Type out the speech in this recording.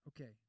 Okay